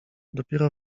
dopiero